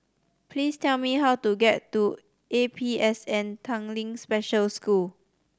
please tell me how to get to A P S N Tanglin Special School